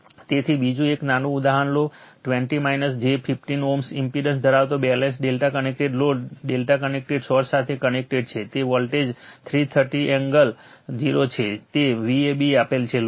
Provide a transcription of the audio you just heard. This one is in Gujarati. તેથી બીજું એક નાનું ઉદાહરણ લો 20 j15 Ω ઇમ્પેડન્સ ધરાવતો balance ∆ connected load ∆ connected source સાથે કનેક્ટેડ છે તે વોલ્ટેજ 330 એંગલ 0o છે જે Vab આપેલ છે